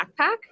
backpack